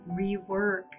rework